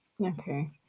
Okay